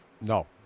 No